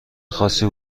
خاصی